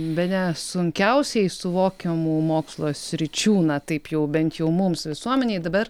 bene sunkiausiai suvokiamų mokslo sričių na taip jau bent jau mums visuomenei dabar